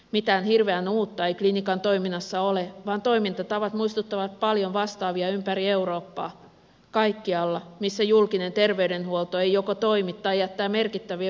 mitään hirveän uutta ei klinikan toiminnassa ole vaan toimintatavat muistuttavat paljon vastaavia ympäri eurooppaa kaikkialla missä julkinen terveydenhuolto ei joko toimi tai jättää merkittäviä väestöryhmiä ulkopuolelle